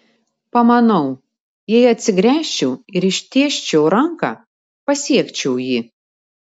pamanau jei atsigręžčiau ir ištiesčiau ranką pasiekčiau jį